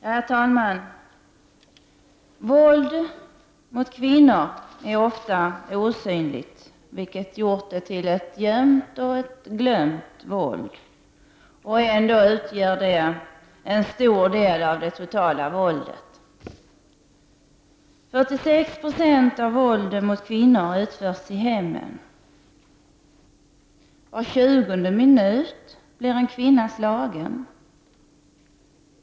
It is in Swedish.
Herr talman! Våld mot kvinnor är ofta osynligt, vilket gjort det till ett gömt och glömt våld. Ändå utgör det en stor del av det totala våldet. 46 90 av våldet mot kvinnor utförs i hemmen. Var tjugonde minut blir en kvinna slagen.